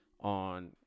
on